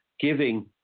giving